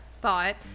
thought